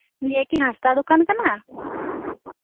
ᱱᱤᱭᱟᱹᱠᱤ ᱦᱟᱸᱥᱫᱟ ᱫᱚᱠᱟᱱ ᱠᱟᱱᱟ